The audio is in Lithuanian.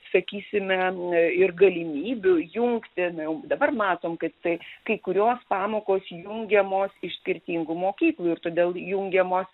sakysime ir galimybių jungti na jau dabar matom kad tai kai kurios pamokos jungiamos iš skirtingų mokyklų ir todėl jungiamos